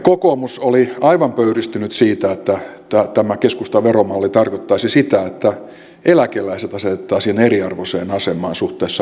kokoomus oli aivan pöyristynyt siitä että tämä keskustan veromalli tarkoittaisi sitä että eläkeläiset asetettaisiin eriarvoiseen asemaan suhteessa työssä oleviin